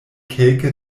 kelke